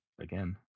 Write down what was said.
again